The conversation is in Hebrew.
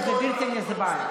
וזה בלתי נסבל.